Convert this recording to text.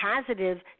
positive